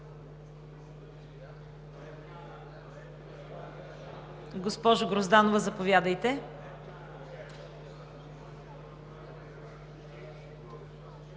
Госпожо Грозданова, заповядайте.